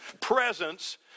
presence